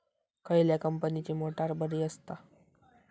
खयल्या कंपनीची मोटार बरी असता?